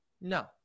No